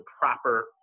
proper